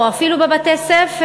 או אפילו בבתי-ספר.